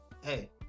hey